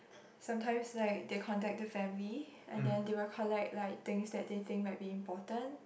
sometimes like they contact the family and then they will collect like things that they think might be important